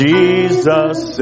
Jesus